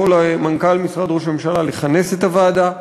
למנכ"ל משרד ראש הממשלה לכנס את הוועדה,